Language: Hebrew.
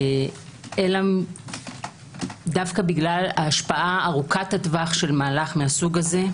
אלא דווקא בגלל ההשפעה ארוכת הטווח של מהלך מסוג זה,